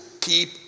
keep